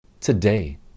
today